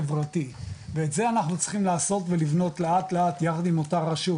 חברתי ואת זה אנחנו צריכים לעשות ולבנות לאט לאט יחד עם אותה רשות,